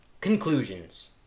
Conclusions